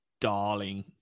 darling